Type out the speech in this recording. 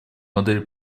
модели